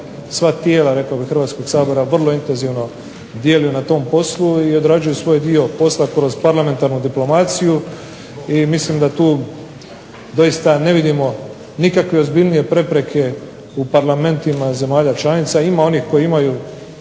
rekao bih Hrvatskog sabora vrlo intenzivno djeluju na tom poslu i odrađuju svoj dio posla kroz parlamentarnu diplomaciju. I mislim da tu doista ne vidimo nikakve ozbiljnije prepreke u parlamentima zemalja članica. Ima onih koji imaju